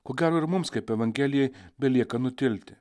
ko gero ir mums kaip evangelijai belieka nutilti